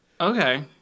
Okay